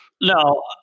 No